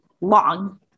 long